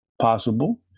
possible